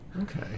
Okay